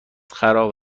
خراب